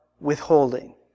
withholding